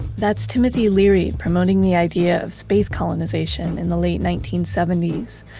that's timothy leary promoting the idea of space colonization in the late nineteen seventy s.